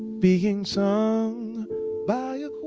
being sung by a